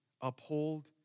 uphold